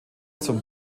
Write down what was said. zum